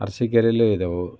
ಅರಸಿಕೆರೆಯಲ್ಲೇ ಇದ್ದವು